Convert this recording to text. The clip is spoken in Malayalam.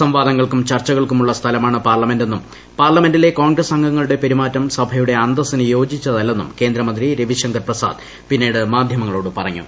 സംവാദങ്ങൾക്കും ചർച്ചകൾക്കുമുള്ള സ്ഥലമാണ് പാർലമെന്റെന്നും പാർലമെന്റില്പെ ക്കോൺഗ്രസ് അംഗങ്ങളുടെ പെരുമാറ്റം ് സഭയുടെ അന്തസ്സിന്റ് യോജിച്ചതല്ലെന്നും കേന്ദ്രമന്ത്രി രവിശങ്കർ പ്രസാദ് പിന്നീട് മാധ്യമങ്ങളോട് പറഞ്ഞു